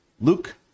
Luke